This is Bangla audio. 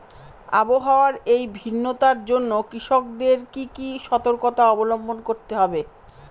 আবহাওয়ার এই ভিন্নতার জন্য কৃষকদের কি কি সর্তকতা অবলম্বন করতে হবে?